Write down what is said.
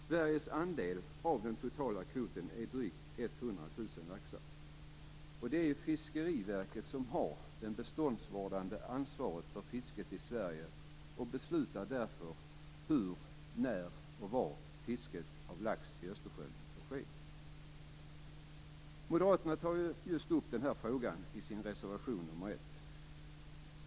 Sveriges andel av den totala kvoten är drygt 100 000 laxar. Det är Fiskeriverket som har det beståndsvårdande ansvaret för fisket i Sverige och beslutar därför hur, när och var fisket av lax i Östersjön får ske. Moderaterna tar just upp denna fråga i sin reservation nr 1.